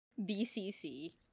BCC